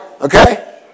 Okay